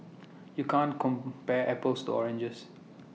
you can't compare apples to oranges